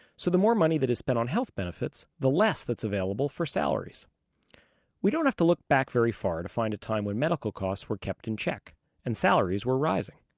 so the more money that is spent on health benefits, the less that's available for salaries we don't have to look back very far to find a time when medical costs were kept in check and salaries were rising.